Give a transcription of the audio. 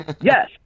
Yes